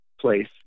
place